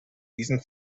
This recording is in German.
diesen